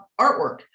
artwork